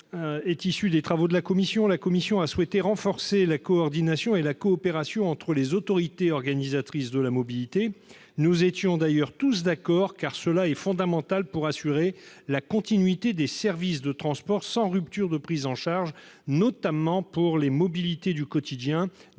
la commission, qui a souhaité renforcer la coordination et la coopération entre les autorités organisatrices de la mobilité. Nous étions d'ailleurs, en la matière, tous d'accord, car un tel renforcement est fondamental pour assurer la continuité des services de transport sans rupture de prise en charge, notamment pour les mobilités du quotidien